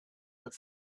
have